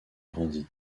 grandit